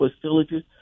facilities